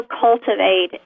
cultivate